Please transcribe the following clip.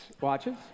watches